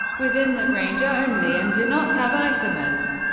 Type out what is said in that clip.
within that range, only, and do not have isomers.